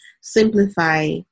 simplify